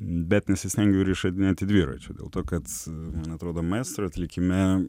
bet nesistengiu ir išradinėti dviračio dėl to kad man atrodo maestro atlikime